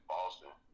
Boston